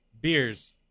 beers